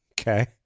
okay